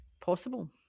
possible